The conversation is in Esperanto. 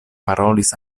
parolis